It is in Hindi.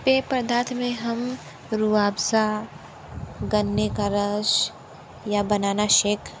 पेय पदार्थ में हम रूवाबज़ा गन्ने का रस या बनाना शेक